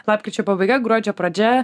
lapkričio pabaiga gruodžio pradžia